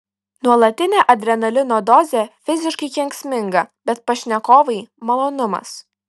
nuolatinė adrenalino dozė fiziškai kenksminga bet pašnekovai malonumas